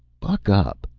buck up.